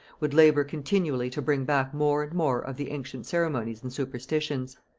would labor continually to bring back more and more of the ancient ceremonies and superstitions.